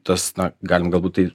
tas na galim galbūt tai